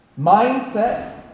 mindset